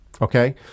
Okay